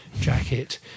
jacket